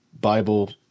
Bible